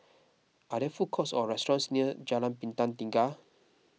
are there food courts or restaurants near Jalan Bintang Tiga